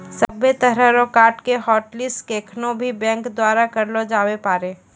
सभ्भे तरह रो कार्ड के हाटलिस्ट केखनू भी बैंक द्वारा करलो जाबै पारै